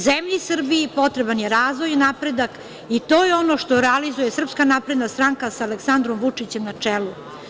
Zemlji Srbiji potreban je razvoj i napredak i to je ono što realizuje SNS sa Aleksandrom Vučićem na čelu.